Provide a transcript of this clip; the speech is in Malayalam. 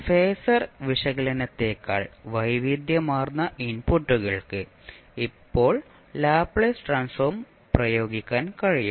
ഫേസർ വിശകലനത്തേക്കാൾ വൈവിധ്യമാർന്ന ഇൻപുട്ടുകൾക്ക് ഇപ്പോൾ ലാപ്ലേസ് ട്രാൻസ്ഫോം പ്രയോഗിക്കാൻ കഴിയും